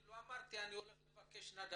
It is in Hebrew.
אני לא אמרתי --- לבקש נדבות,